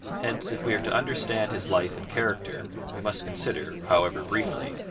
hence, if we are to understand his life and character, we must consider, however briefly,